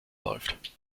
läuft